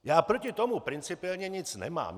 Já proti tomu principiálně nic nemám.